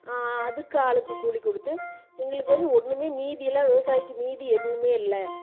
அதுக்கு ஆளுக்கு கூலி கொடுத்து எங்களுக்கு வந்து ஒன்றுமே மீதியெல்லாம் விவசாயிக்கு மீதி எதுவுமே இல்லை